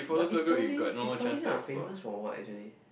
but Italy Italy are famous for what actually